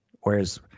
Whereas